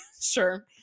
Sure